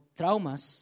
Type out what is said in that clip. traumas